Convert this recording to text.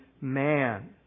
man